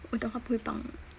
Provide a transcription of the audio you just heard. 我的他不会帮